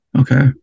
Okay